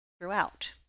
throughout